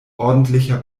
ordentlicher